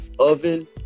Oven